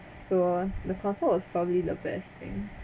so the concert was probably the best thing